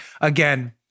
again